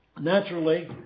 Naturally